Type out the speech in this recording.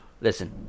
Listen